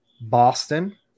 Boston